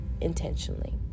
intentionally